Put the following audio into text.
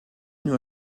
nur